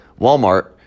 Walmart